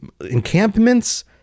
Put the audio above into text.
encampments